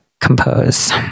Compose